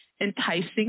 enticing